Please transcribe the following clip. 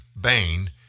Bain